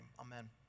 amen